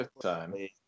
time